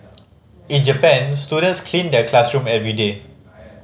in Japan students clean their classroom every day